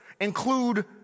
include